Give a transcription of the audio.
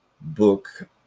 book